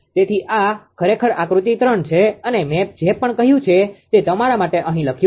તેથી આ ખરેખર આકૃતિ 3 છે અને મે જે પણ કહ્યું છે તે તમારા માટે અહીં લખ્યું છે